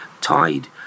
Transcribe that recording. tied